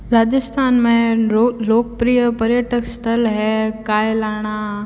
राजस्थान में लोकप्रिय पर्यटक स्थल है कायलाणा